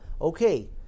okay